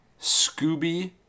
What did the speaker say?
Scooby